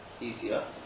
easier